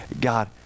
God